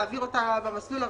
להעביר אותה במסלול הרגיל.